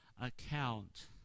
account